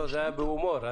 זה היה בהומור.